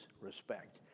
respect